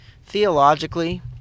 Theologically